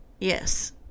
yes